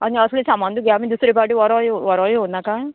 आनी असलें सामान तुगेआमी दुसरे फाटी व्हरो यो व्हरो येवं नाका